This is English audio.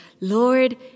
Lord